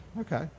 Okay